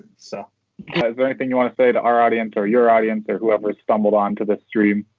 so ah is there anything you wanna say to our audience, or your audience, or whoever stumbled onto this stream?